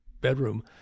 bedroom